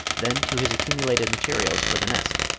then to his accumulated materials for the nest,